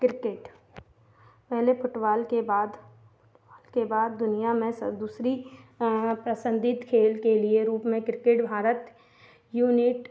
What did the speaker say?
cricket पहले football के बाद के बाद दुनिया में दुसरी प्रसिद्ध खेल के लिए रूप में क्रिकेट भारत यूनिट